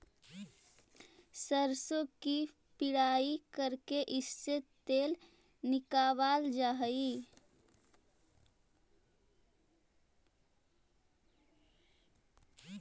सरसों की पिड़ाई करके इससे तेल निकावाल जा हई